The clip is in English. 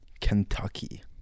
Kentucky